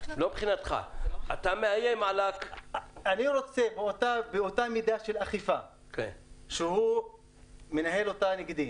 אני רוצה באותה מידה של אכיפה שהוא מנהל אותה נגדי,